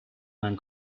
man